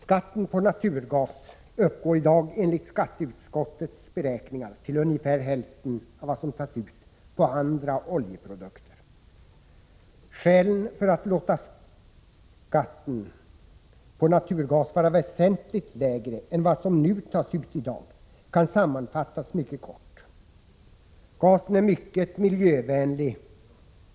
Skatten på naturgas uppgår i dag enligt skatteutskottets beräkningar till ungefär hälften av vad som tas ut på andra oljeprodukter. Skälen för att låta skatten på naturgas vara väsentligt lägre än vad som tas ut i dag kan sammanfattas mycket kort: Gasen är mycket miljövänlig.